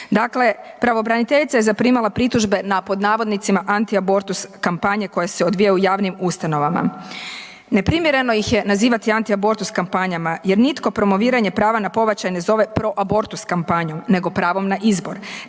Dakle, pravobraniteljica je zaprimala pritužbe na pod navodnicima antiabortus kampanje koje se odvijaju u javnim ustanovama, neprimjereno ih je nazivati antiabortus kampanjama jer nitko promoviranje prava na pobačaj ne zove proabortus kampanjom nego pravom na izbor,